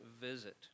visit